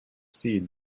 seed